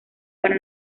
para